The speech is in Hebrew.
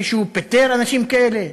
מישהו פיטר אנשים כאלה?